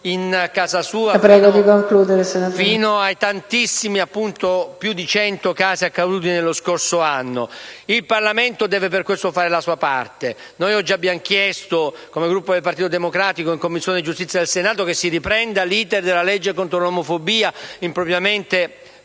casa e ai tantissimi - come dicevo più di cento - casi accaduti lo scorso anno. Il Parlamento deve per questo fare la sua parte. Noi oggi abbiamo chiesto, come Gruppo del Partito Democratico, in Commissione giustizia del Senato che si riprenda l'*iter* della legge contro l'omofobia, impropriamente